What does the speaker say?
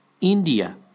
India